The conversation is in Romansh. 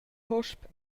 hosp